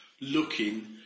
looking